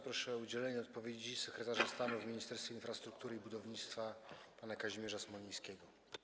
Proszę o udzielenie odpowiedzi sekretarza stanu w Ministerstwie Infrastruktury i Budownictwa pana Kazimierza Smolińskiego.